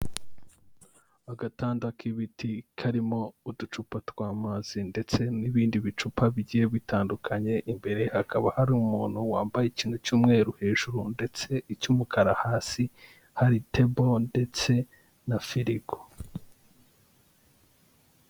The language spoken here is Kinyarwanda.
Agatanda k'ibiti karimo uducupa tw'amazi ndetse n'ibindi bicupa bigiye bitandukanye, imbere hakaba hari umuntu wambaye ikintu cy'umweru hejuru ndetse icy'umukara hasi, hari tebo ndetse na firigo.